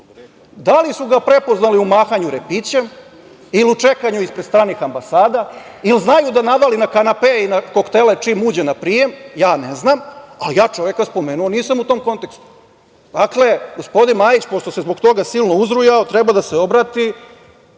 Da li su ga prepoznali u mahanju repićem ili u čekanju ispred stranih ambasada ili znaju da navali na kanapee i koktele čim uđe na prijem? Ja ne znam, ali ja čoveka spomenuo nisam u tom kontekstu. Dakle, gospodin Majić, pošto se zbog toga silno uzrujao treba da se obratio